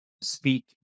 speak